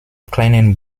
kleinen